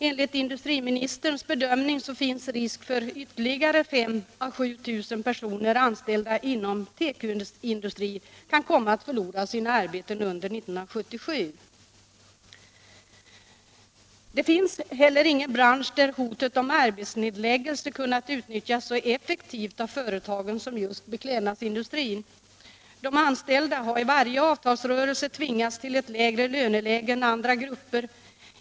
Enligt industriministerns bedömning finns risk för att ytterligare 5 000 ä 7000 personer anställda inom tekoindustrin kan komma att förlora sina arbeten under 1977. Det finns heller ingen bransch där hotet om företagsnedläggelse kunnat utnyttjas så effektivt av företagen som just inom beklädnadsindustrin. De anställda har i varje avtalsrörelse tvingats till ett lägre löneläge än andra grupper.